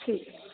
ਠੀਕ